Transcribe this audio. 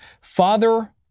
Father